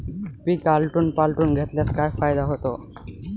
पीक आलटून पालटून घेतल्यास काय फायदा होतो?